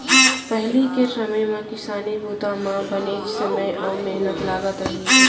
पहिली के समे म किसानी बूता म बनेच समे अउ मेहनत लागत रहिस हे